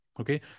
okay